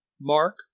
Mark